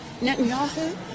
Netanyahu